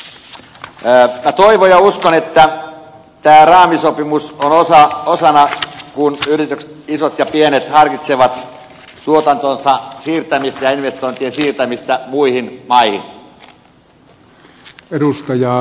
minä toivon ja uskon että tämä raamisopimus on osana kun yritykset isot ja pienet harkitsevat tuotantonsa siirtämistä ja investointien siirtämistä muihin maihin